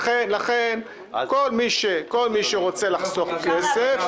לכן, כל מי שרוצה לחסוך כסף